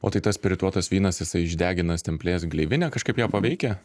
o tai tas spirituotas vynas jisai išdegina stemplės gleivinę kažkaip ją paveikia